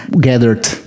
gathered